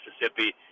Mississippi